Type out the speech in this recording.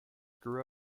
grew